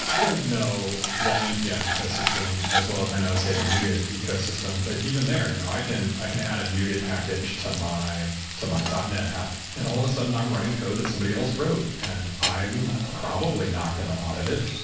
i don't know the npm ecosystem as well as i know say the new git ecosystem. but even there, you know i can i can add a new git package to my to my dotnet app. and all of a sudden i'm running code that somebody else wrote, and i'm probably not going to audit it.